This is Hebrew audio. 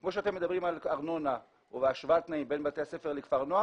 כמו שאתם מדברים על ארנונה או השוואת תנאים בין בתי הספר לכפרי הנוער,